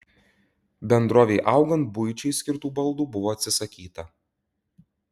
bendrovei augant buičiai skirtų baldų buvo atsisakyta